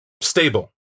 stable